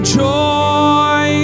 joy